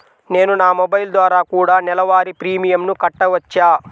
నేను నా మొబైల్ ద్వారా కూడ నెల వారి ప్రీమియంను కట్టావచ్చా?